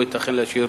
לא ייתכן להשאיר